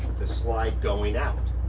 the slide going out.